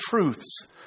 truths